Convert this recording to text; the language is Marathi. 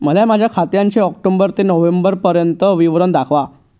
मला माझ्या खात्याचे ऑक्टोबर ते नोव्हेंबर पर्यंतचे विवरण दाखवा